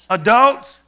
adults